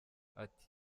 ati